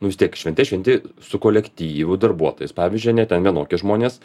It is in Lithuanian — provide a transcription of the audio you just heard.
nu vis tiek šventes šventi su kolektyvu darbuotojais pavyzdžiui ane ten vienokie žmonės